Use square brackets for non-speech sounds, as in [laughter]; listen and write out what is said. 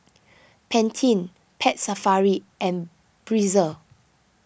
[noise] Pantene Pet Safari and Breezer